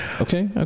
Okay